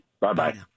Bye-bye